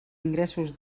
ingressos